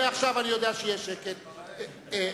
אני יודע שיהיה שקט מעכשיו.